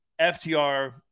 FTR